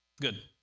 Good